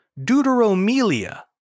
Deuteromelia